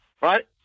right